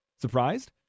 Surprised